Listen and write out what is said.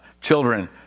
children